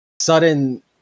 sudden